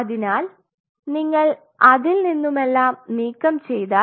അതിനാൽ നിങ്ങൾ അതിൽനിന്നുംഎല്ലാം നീക്കം ചെയ്താൽ